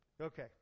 Okay